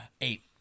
Eight